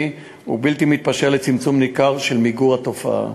ובלתי מתפשר לצמצום ניכר ולמיגור התופעה.